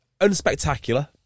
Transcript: unspectacular